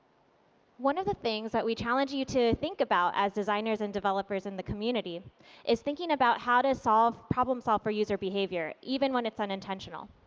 one of the things but we challenge you to think about as designers and developers in the community is thinking about how to problem solve for user behavior even when it's unintentional.